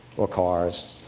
or cars.